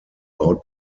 baut